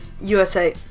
usa